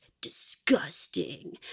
Disgusting